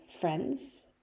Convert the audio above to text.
Friends